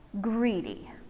greedy